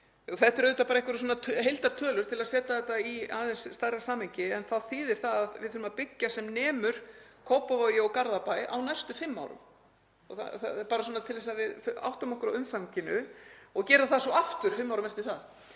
Þetta eru auðvitað bara einhverjar heildartölur til að setja þetta í aðeins stærra samhengi en þetta þýðir að við þurfum að byggja sem nemur Kópavogi og Garðabæ á næstu fimm árum, bara svona til að við áttum okkur á umfanginu, og gera það svo aftur fimm árum eftir það.